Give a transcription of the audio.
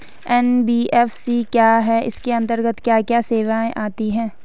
NBFC क्या है इसके अंतर्गत क्या क्या सेवाएँ आती हैं?